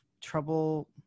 trouble